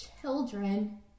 children